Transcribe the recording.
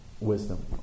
wisdom